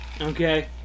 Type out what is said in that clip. Okay